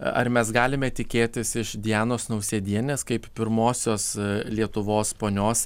ar mes galime tikėtis iš dianos nausėdienės kaip pirmosios lietuvos ponios